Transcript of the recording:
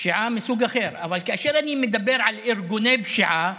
מסוג אחר, אבל כאשר אני מדבר על ארגוני פשיעה,